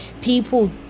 people